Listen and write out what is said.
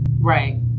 right